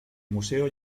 museo